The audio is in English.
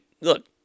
look